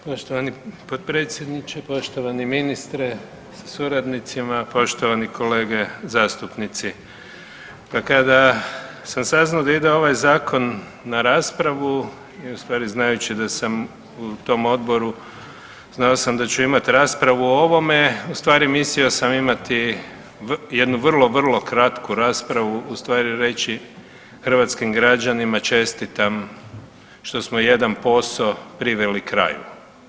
Poštovani potpredsjedniče, poštovani ministre sa suradnicima, poštovani kolege zastupnici, pa kada sam saznao da ide ovaj zakon na raspravu u stvari znajući da sam u tom odboru, znao sam da ću imati raspravu o ovome, u stvari mislio sam imati jednu vrlo, vrlo kratku raspravu u stvari reći hrvatskim građanima čestitam što smo jedan posao priveli kraju.